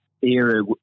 era